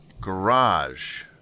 Garage